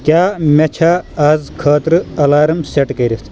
کیاہ مے چھا آز خٲطرٕ الارم سیٹ کٔرِتھ